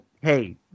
hey